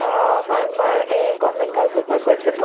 অ হয় মই এই গভৰ্ণমেণ্ট গাৰ্লচৰ পৰা কৈছিলোঁ